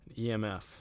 EMF